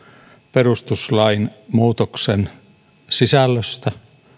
perustuslain muutoksen sisällöstä